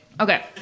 Okay